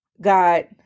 God